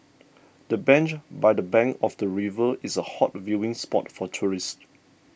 the bench by the bank of the river is a hot viewing spot for tourists